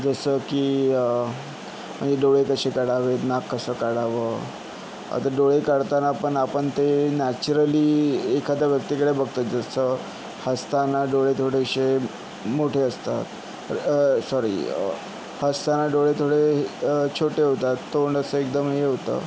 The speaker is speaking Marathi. जसं कि म्हणजे डोळे कसे काढावे नाक कसं काढावं आता डोळे काढताना पण आपण ते नॅचरली एखाद्या व्यक्तीकडे बघतो जसं हसताना डोळे थोडेसे मोठे असतात सॉरी हसताना डोळे थोडे छोटे होतात तोंड असं एकदम हे होतं